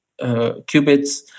qubits